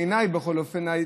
בעיניי בכל אופן,